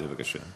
בבקשה.